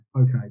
okay